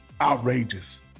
outrageous